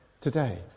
today